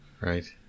Right